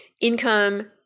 income